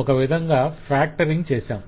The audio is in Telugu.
ఒక విధంగా ఫాక్టరింగ్ చేశాం